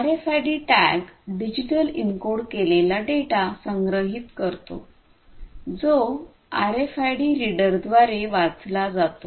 RFID tag digital encode केलेला data संग्रहित करतो जो आरएफआयडी रीडरद्वारे वाचला जातो